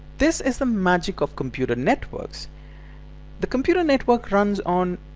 this is the magic of computer networks the computer network runs on